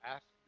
Ask